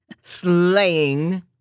slaying